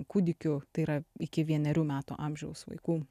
kūdikių tai yra iki vienerių metų amžiaus vaikų